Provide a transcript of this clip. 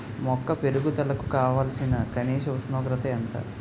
మొక్క పెరుగుదలకు కావాల్సిన కనీస ఉష్ణోగ్రత ఎంత?